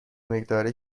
مقدار